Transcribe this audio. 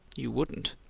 you wouldn't!